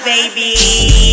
Baby